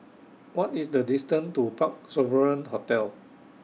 What IS The distance to Parc Sovereign Hotel